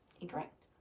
Incorrect